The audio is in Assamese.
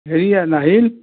হেৰি নাহিল